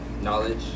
knowledge